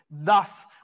Thus